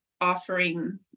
offering